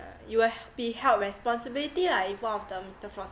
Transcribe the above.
you will be held responsibility lah if one of the mister frosty